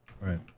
Right